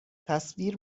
تصویر